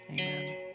amen